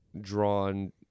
drawn